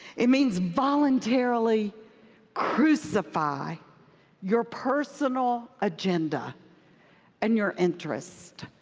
it means voluntarily crucify your personal agenda and your interest.